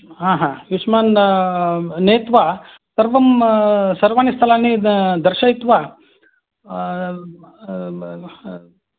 हा हा युष्मान् नेत्वा सर्वं सर्वाणि स्थलानि द दर्शयित्वा